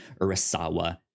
urasawa